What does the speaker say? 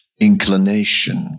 inclination